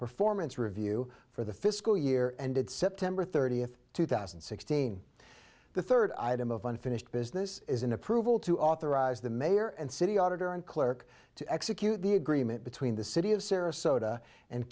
performance review for the fiscal year ended september thirtieth two thousand and sixteen the third item of unfinished business is an approval to authorize the mayor and city auditor and clerk to execute the agreement between the city of sarasota and